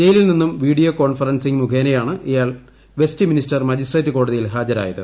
ജയിലിൽ നിന്നും video conferencing മുഖേനയാണ് ഇയാൾ വെസ്റ്റ്മിൻസ്റ്റർ മജിസ്ട്രേറ്റ് കോടതിയിൽ ഹാജരായത്